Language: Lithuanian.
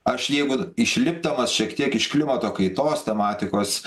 aš jeigu išlipdamas šiek tiek iš klimato kaitos tematikos